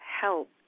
help